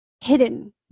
hidden